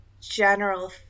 general